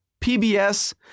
PBS